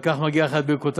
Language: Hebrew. על כך מגיעות לך ברכותי.